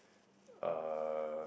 uh